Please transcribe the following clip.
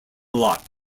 luck